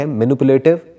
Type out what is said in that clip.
manipulative